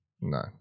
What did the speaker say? No